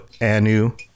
Anu